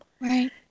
Right